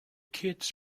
kids